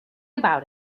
about